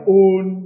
own